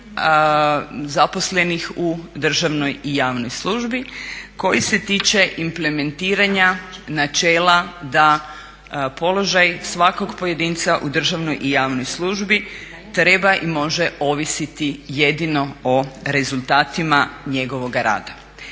zaposlenih u državnoj i javnoj službi, koji se tiče implementiranja načela da položaj svakog pojedinca u državnoj i javnoj službi treba i može ovisiti jedino o rezultatima njegovoga rada.